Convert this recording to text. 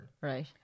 Right